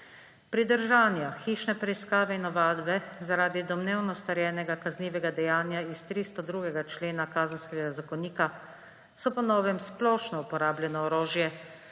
Pridržanja, hišne preiskave in ovadbe zaradi domnevno storjenega kaznivega dejanja iz 302. člena Kazenskega zakonika so po novem splošno uporabljeno orožje